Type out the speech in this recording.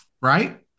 Right